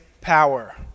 power